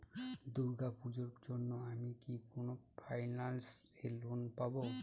দূর্গা পূজোর জন্য আমি কি কোন ফাইন্যান্স এ লোন পাবো?